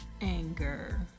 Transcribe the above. anger